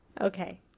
Okay